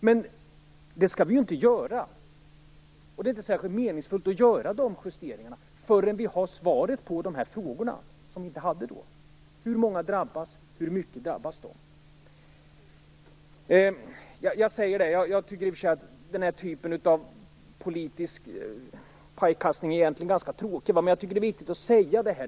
Men eftersom det inte är särskilt meningsfullt skall vi inte göra justeringarna förrän vi har svaren på de frågor som vi inte hade svar på då: Hur många drabbas? Hur mycket drabbas de? I och för sig tycker jag att den här typen av politisk pajkastning egentligen är ganska tråkig, men det är viktigt att säga det här.